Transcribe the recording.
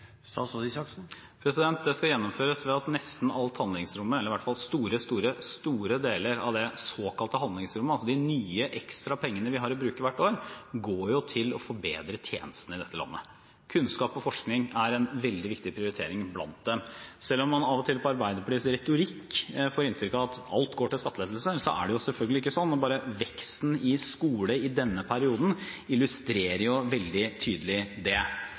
Det skal gjennomføres ved at nesten alt handlingsrommet, eller i hvert fall store, store deler av det såkalte handlingsrommet, altså de nye, ekstra pengene vi har å bruke hvert år, går til å forbedre tjenestene i dette landet. Kunnskap og forskning er en veldig viktig prioritering blant dem. Selv om man av og til av Arbeiderpartiets retorikk får inntrykk av at alt går til skattelettelser, er det selvfølgelig ikke sånn. Bare veksten i skole i denne perioden illustrerer det veldig tydelig. Det